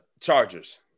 Chargers